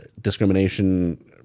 discrimination